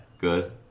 Good